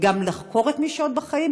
וגם לחקור את מי שעוד בחיים,